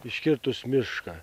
iškirtus mišką